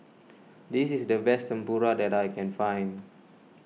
this is the best Tempura that I can find